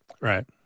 Right